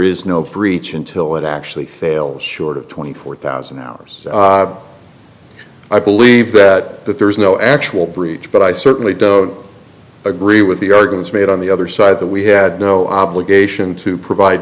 is no breach until it actually fails short of twenty four thousand hours i believe that that there was no actual breach but i certainly don't agree with the arguments made on the other side that we had no obligation to provide